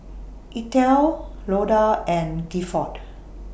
Eithel Loda and Gifford